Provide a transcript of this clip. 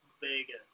Vegas